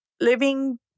living